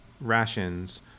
rations